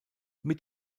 mit